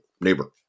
Neighbor